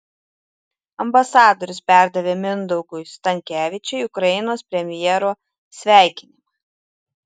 ambasadorius perdavė mindaugui stankevičiui ukrainos premjero sveikinimą